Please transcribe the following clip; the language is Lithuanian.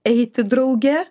eiti drauge